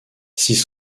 six